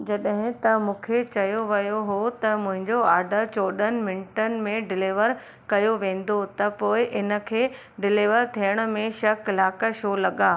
जॾहिं त मूंखे चयो वियो हो त मुंहिंजो ऑडर चोॾहंनि मिंटनि में डिलीवर कयो वेंदो त पोएं इन खे डिलीवर थियण में छह कलाक छो लॻा